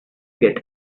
get